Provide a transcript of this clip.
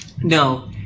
No